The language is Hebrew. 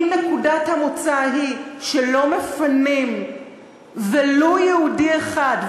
אם נקודת המוצא היא שלא מפנים ולו יהודי אחד,